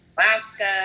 Alaska